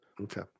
Okay